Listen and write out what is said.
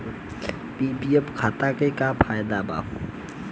PPF खाता के का फायदा बा?